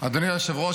אדוני היושב-ראש,